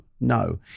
no